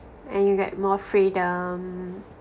and you get more freedom